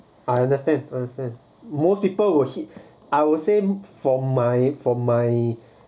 I understand understand most people will hit I would say for my for my